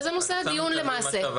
וזה נושא הדיון למעשה.